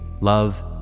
love